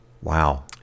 Wow